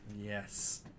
Yes